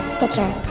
Stitcher